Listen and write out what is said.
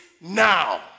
now